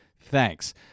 Thanks